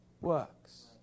works